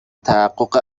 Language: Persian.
تحقق